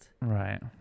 right